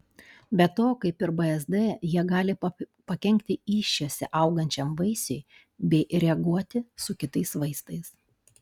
be to kaip ir bzd jie gali pakenkti įsčiose augančiam vaisiui bei reaguoti su kitais vaistais